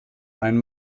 ein